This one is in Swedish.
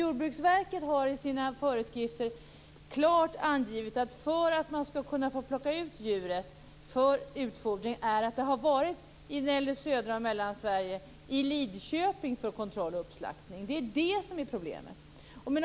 Jordbruksverket har i sina föreskrifter klart angivit att för att man skall få plocka ut djuret för utfodring skall det - när det gäller södra Sverige och Mellansverige - ha varit i Lidköping för kontroll och uppslaktning. Det är det som är problemet.